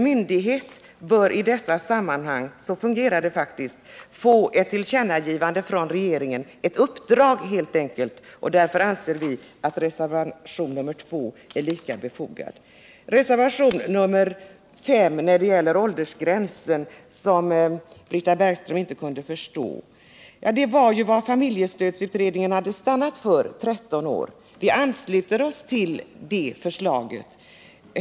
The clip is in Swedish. Myndigheten bör i ett sådant här fall — så fungerar det faktiskt — få ett uppdrag av regeringen, och därför anser vi att reservationen 2 är lika befogad. Reservationen 5 angående åldersgränsen kunde Britta Bergström inte förstå. Familjestödsutredningen hade ju stannat för åldersgränsen 13 år, och vi ansluter oss till det förslaget.